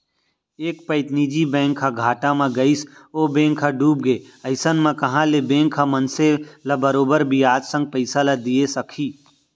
एक पइत निजी बैंक ह घाटा म गइस ओ बेंक ह डूबगे अइसन म कहॉं ले बेंक ह मनसे ल बरोबर बियाज संग पइसा ल दिये सकही